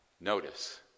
notice